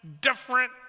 different